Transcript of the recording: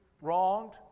wronged